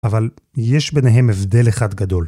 אבל יש ביניהם הבדל אחד גדול.